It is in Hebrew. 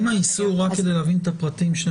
רק כדי להבין את הפרטים.